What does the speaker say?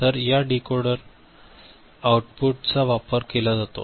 तर या decoder output चा वापर केला जातो